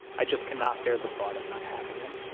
i just cannot bear the thought of not having him.